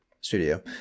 studio